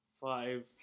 five